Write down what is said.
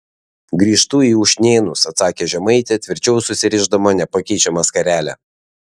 grįžtu į ušnėnus atsakė žemaitė tvirčiau susirišdama nepakeičiamą skarelę